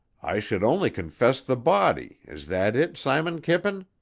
i should only confess the body is that it, simon kippen?